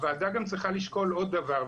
הוועדה גם צריכה לשקול עוד דבר,